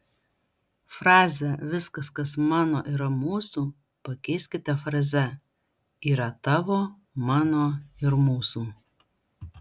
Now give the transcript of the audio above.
frazę viskas kas mano yra mūsų pakeiskite fraze yra tavo mano ir mūsų